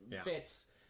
fits